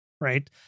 right